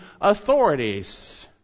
authorities